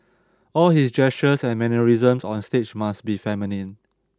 all his gestures and mannerisms on stage must be feminine